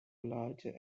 larger